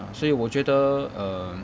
所以我觉得 err